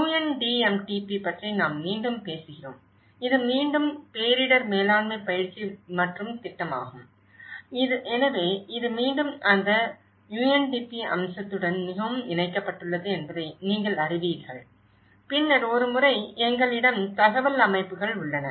UNDMTP பற்றி நாம் மீண்டும் பேசுகிறோம் இது மீண்டும் பேரிடர் மேலாண்மை பயிற்சி மற்றும் திட்டமாகும் எனவே இது மீண்டும் அந்த UNDP அம்சத்துடன் மிகவும் இணைக்கப்பட்டுள்ளது என்பதை நீங்கள் அறிவீர்கள் பின்னர் ஒரு முறை எங்களிடம் தகவல் அமைப்புகள் உள்ளன